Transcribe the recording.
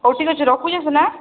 ହଉ ଠିକ୍ ଅଛେ ରଖୁଛେଁ ସିନେ ହାଏଁ